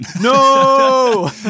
No